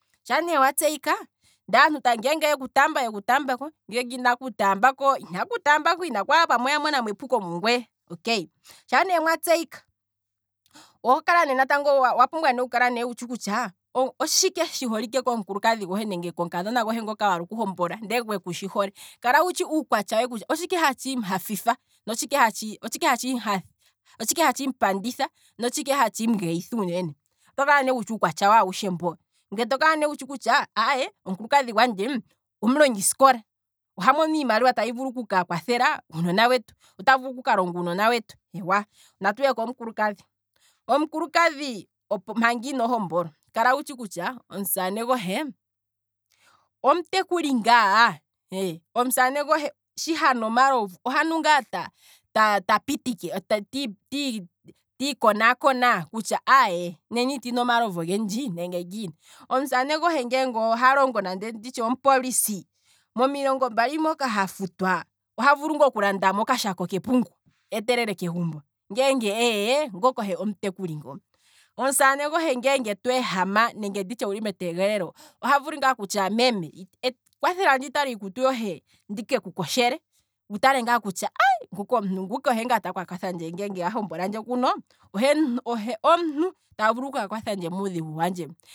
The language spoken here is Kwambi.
Ngeenge wa tseyika, ngele yeku taambako yeku taambako. ngele inaye ku tambulakoinaye ku taambako, pamwe oya monamo epuko mungweye, okay, shaa ne watseyika owa pumbwa, oho kalane natango wu kale wutshi kutya, otshike shoka tshoolike komukadhona gohe nenge omukulukadhi ngoka waala oku hombola ndele ngweye kutshi hole, kala wutshi uukwatya we kutya osthike hatshimu panditha notshike hatshimu geyitha uunene, otokala ne wutshi uukwatya we awushe mbo, ngweye to kala ne wutshi kutya omukulukadhi gwandje, omulongisikola oha mono iimaliwa tayi vulu okuka kwathela uunona wetu, ota vulu okuka longa uunona wetu. Natuye komukulukadhi, omukukadhi manga ino hombolwa, kala witshi kutya omusamane gohe omutekuli ngaa, omusamane gohe shi hanu omalovu, ohanu ngaa ta- ta- tapike, ti- ti- tii konaakona kutya aye. nena itandinu omalovu ogendji nenge ngiini, omusaane gohe ngeenge ohalongo nande nditye omupolisi, momilongo mbali moka hafutwa oha vulu ngaa okulandamo okashako kepungu eetelele kegumbo, ngeenge eeye, ngoka ohe omutekuli ngoo, omusamane gohe ngele tweehama nenge nditye wuli metegelelo. ohavulu ngaa okutya meme etelela iikutu yohe ndike ku koshele, wu tale ngaa kutya omuntu nguka ohe ngaa taka kwathandje ngele a hombolandje nguno, ohe omuntu ta vulu kuka kwathandje muudhigu wandje ngu